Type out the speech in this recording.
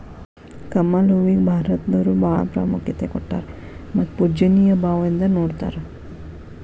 ಕಮಲ ಹೂವಿಗೆ ಭಾರತದವರು ಬಾಳ ಪ್ರಾಮುಖ್ಯತೆ ಕೊಟ್ಟಾರ ಮತ್ತ ಪೂಜ್ಯನಿಯ ಭಾವದಿಂದ ನೊಡತಾರ